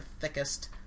thickest